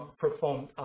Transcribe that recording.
performed